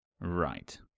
right